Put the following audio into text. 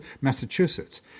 Massachusetts